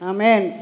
Amen